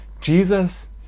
Jesus